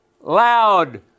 loud